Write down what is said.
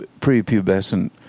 prepubescent